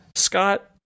Scott